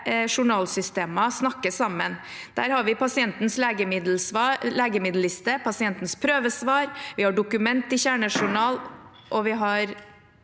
snakker sammen. Der har vi Pasientens legemiddelliste, Pasientens prøvesvar, vi har dokumenter i kjernejournal